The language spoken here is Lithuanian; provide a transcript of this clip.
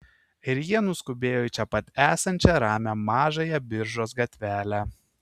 ir jie nuskubėjo į čia pat esančią ramią mažąją biržos gatvelę